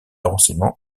renseignement